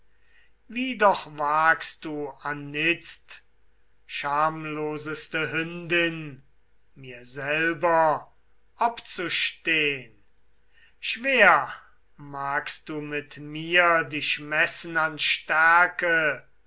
wie doch wagst du anitzt schamloseste hündin mir selber obzustehn schwer magst du mit mir dich messen an stärke